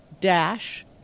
dash